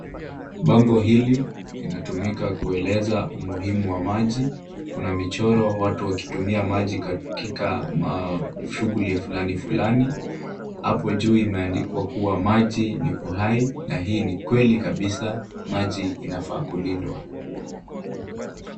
Bango hili linatumika kueleza umuhimu wa maji. Kuna michoro watu wakitumia maji katika shughuli fulani fulani . Hapo juu imeandikwa kuwa maji ni uhai na hii ni ukweli kabisa maji inafaa kulindwa.